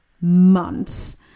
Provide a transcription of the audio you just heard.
months